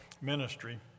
ministry